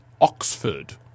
Oxford